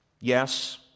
Yes